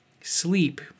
sleep